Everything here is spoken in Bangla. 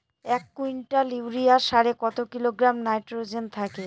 এক কুইন্টাল ইউরিয়া সারে কত কিলোগ্রাম নাইট্রোজেন থাকে?